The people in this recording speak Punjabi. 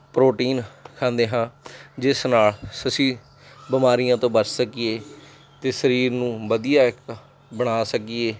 ਪ੍ਰੋਟੀਨ ਖਾਂਦੇ ਹਾਂ ਜਿਸ ਨਾਲ ਅਸੀਂ ਬਿਮਾਰੀਆਂ ਤੋਂ ਬਚ ਸਕੀਏ ਅਤੇ ਸਰੀਰ ਨੂੰ ਵਧੀਆ ਇੱਕ ਬਣਾ ਸਕੀਏ